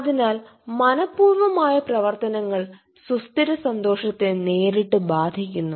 അതിനാൽ മനപൂർവമായ പ്രവർത്തനങ്ങൾ സുസ്ഥിര സന്തോഷത്തെ നേരിട്ട് ബാധിക്കുന്നു